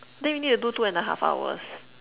then we need to do two and a half hours